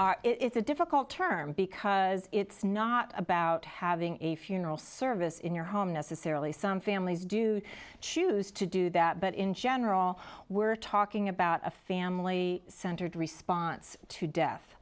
in it is a difficult term because it's not about having a funeral service in your home necessarily some families do choose to do that but in general we're talking about a family centered response to death